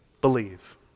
believe